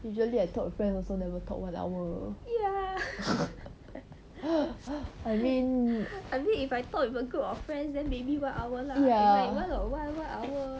usually I talk with friends also never talk one hour I mean ya